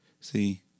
See